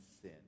sin